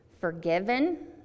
forgiven